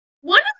One